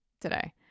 today